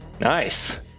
Nice